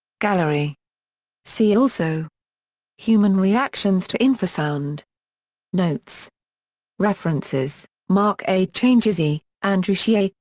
gallery see also human reactions to infrasound notes references mark a. changizi, andrew hsieh,